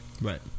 Right